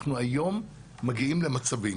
אנחנו היום מגיעים למצבים